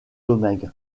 domingue